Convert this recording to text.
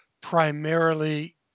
primarily